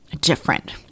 different